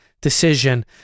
decision